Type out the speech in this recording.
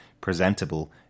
presentable